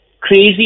crazy